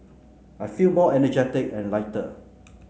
I feel more energetic and lighter